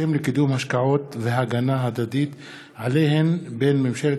הסכם לקידום השקעות והגנה הדדית עליהן בין ממשלת